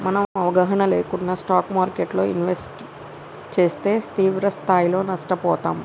మనం అవగాహన లేకుండా స్టాక్ మార్కెట్టులో ఇన్వెస్ట్ చేస్తే తీవ్రస్థాయిలో నష్టపోతాం